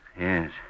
Yes